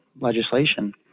legislation